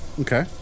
okay